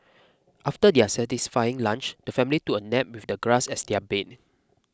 after their satisfying lunch the family took a nap with the grass as their bed